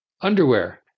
underwear